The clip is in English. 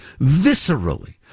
viscerally